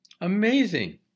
Amazing